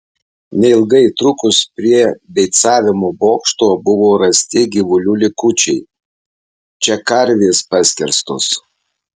neilgai trukus prie beicavimo bokšto buvo rasti gyvulių likučiai čia karvės paskerstos